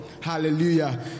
hallelujah